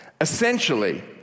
Essentially